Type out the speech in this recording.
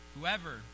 Whoever